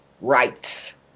rights